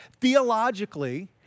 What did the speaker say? Theologically